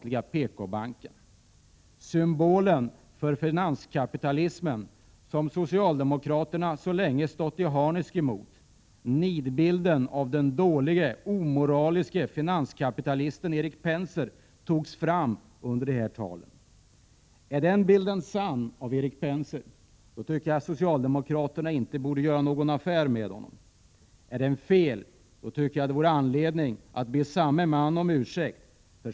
I förstamajtalen togs nidbilden av den dålige, omoraliske finanskapitalisten Erik Penser fram, och han fick bli symbolen för finanskapitalismen, som socialdemokraterna så länge stått i harnesk emot. Om den bilden av Erik Penser är sann, tycker jag att socialdemokraterna inte borde göra någon affär med honom. Är den felaktig vore det skäl att be samme man om ursäkt.